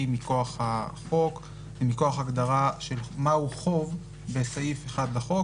מכוח החוק ומכוח הגדרה של מהו חוב בסעיף 1 לחוק.